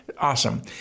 Awesome